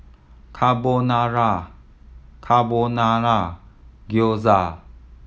Carbonara Carbonara Gyoza